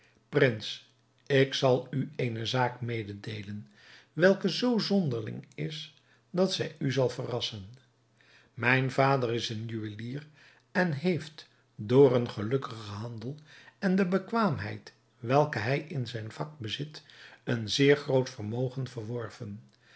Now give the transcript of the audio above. prins ik zal u eene zaak mededeelen welke zoo zonderling is dat zij u zal verrassen mijn vader is een juwelier en heeft door een gelukkigen handel en de bekwaamheid welke hij in zijn vak bezit een zeer groot vermogen verworven